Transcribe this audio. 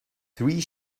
three